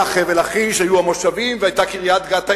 היה חבל לכיש, היו המושבים והיתה קריית-גת העיר,